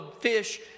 fish